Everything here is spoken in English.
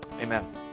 Amen